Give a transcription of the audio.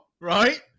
right